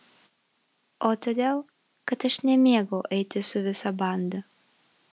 o todėl kad aš nemėgau eiti su visa banda